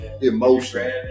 emotion